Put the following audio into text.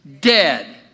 dead